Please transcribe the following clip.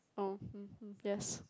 oh hmm hmm yes